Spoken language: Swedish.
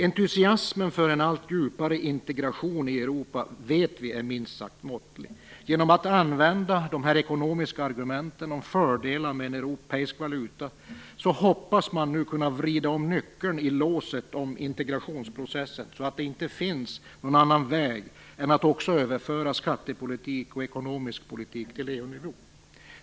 Entusiasmen för en allt djupare integration i Europa vet vi är minst sagt måttlig. Genom att använda de ekonomiska argumenten om fördelar med en europeisk valuta hoppas man kunna vrida om nyckeln i låset för integrationsprocessen så att det inte finns någon annan väg än att också överföra skattepolitik och ekonomisk politik till EU-nivå.